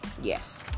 yes